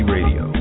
Radio